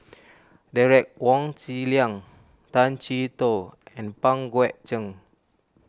Derek Wong Zi Liang Tay Chee Toh and Pang Guek Cheng